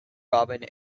robbin